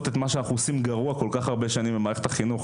את מה שאנחנו עושים גרוע כל כך הרבה שנים במערכת החינוך,